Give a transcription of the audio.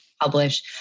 publish